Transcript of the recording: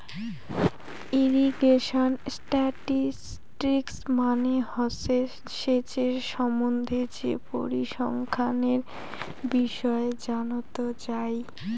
irrigation statistics মানে হসে সেচের সম্বন্ধে যে পরিসংখ্যানের বিষয় জানত যাই